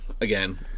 Again